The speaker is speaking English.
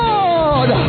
Lord